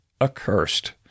accursed